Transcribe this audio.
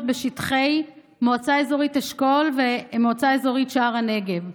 בשטחי מועצה אזורית אשכול ומועצה אזורית שער הנגב.